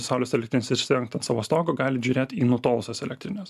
saulės elektrinės išsirengt ant savo stogo galit žiūrėt į nutolusias elektrines